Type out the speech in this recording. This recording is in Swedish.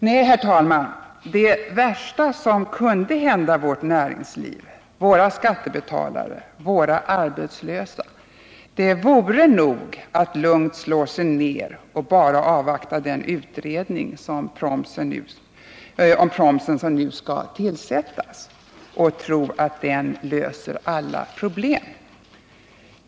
Nej, herr talman, det värsta som kunde hända vårt näringsliv, våra skattebetalare, våra arbetslösa, det vore nog att vi lugnt slog oss ner och bara avvaktade den utredning om promsen som nu skall tillsättas, i tron att denna löser alla problem.